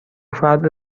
فرد